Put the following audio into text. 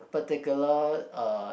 particular uh